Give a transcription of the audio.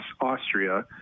austria